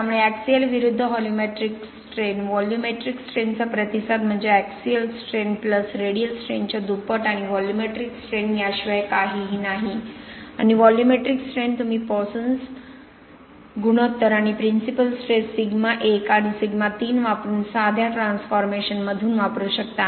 त्यामुळे ऍक्सिअल विरुद्ध volumetric strain volumetric स्ट्रेनचा प्रतिसाद म्हणजे ऍक्सिअल स्ट्रेन प्लस रेडियल स्ट्रेनच्या दुप्पट आणि व्हॉल्यूमेट्रिक स्ट्रेन याशिवाय काहीही नाही आणि व्हॉल्यूमेट्रिक स्ट्रेन तुम्ही पॉसन्स गुणोत्तर आणि प्रिन्सिपल स्ट्रेस सिग्मा 1 आणि सिग्मा 3 वापरून साध्या ट्रान्सफॉर्मेशनमधून वापरू शकता